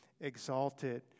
exalted